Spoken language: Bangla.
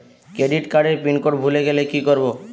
ক্রেডিট কার্ডের পিনকোড ভুলে গেলে কি করব?